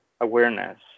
awareness